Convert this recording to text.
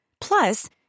Plus